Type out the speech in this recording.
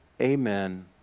Amen